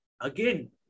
again